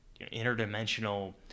interdimensional